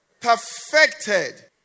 Perfected